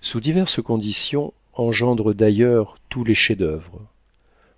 sous diverses conditions engendrent d'ailleurs tous les chefs-d'oeuvre